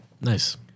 Nice